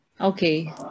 Okay